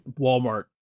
Walmart